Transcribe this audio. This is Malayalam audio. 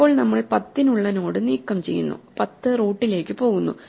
ഇപ്പോൾ നമ്മൾ 10 നുള്ള നോഡ് നീക്കംചെയ്യുന്നു 10 റൂട്ടിലേക്ക് പോകുന്നു